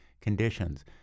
conditions